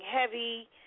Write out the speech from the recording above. heavy